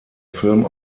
film